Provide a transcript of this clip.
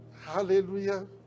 Hallelujah